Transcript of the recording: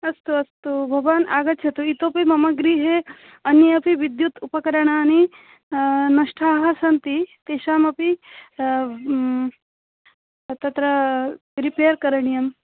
अस्तु अस्तु भवान् आगच्छतु इतोऽपि मम गृहे अन्यत् अपि विद्युत् उपकरणानि नष्टानि सन्ति तेषामपि तत्र रिपेर् करणीयम्